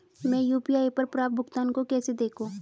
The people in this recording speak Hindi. मैं यू.पी.आई पर प्राप्त भुगतान को कैसे देखूं?